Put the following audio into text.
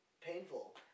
painful